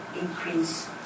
increase